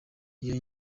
iyo